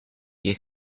you